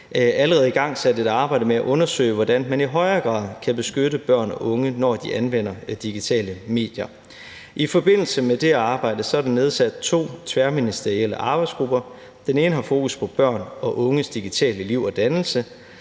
allerede igangsat et arbejde med at undersøge, hvordan man i højere grad kan beskytte børn og unge, når de anvender digitale medier. I forbindelse med det arbejde er der nedsat to tværministerielle arbejdsgrupper. Den ene har fokus på børns og unges digitale liv og dannelse